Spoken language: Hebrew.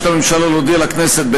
הממשלה מבקשת להודיע לכנסת,